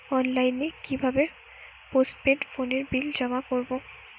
অনলাইনে কি ভাবে পোস্টপেড ফোনের বিল জমা করব?